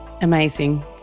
Amazing